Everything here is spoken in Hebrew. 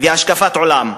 והשקפת עולם.